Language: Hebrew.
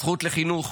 הזכות לחינוך,